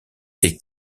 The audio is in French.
est